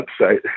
website